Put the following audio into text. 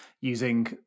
using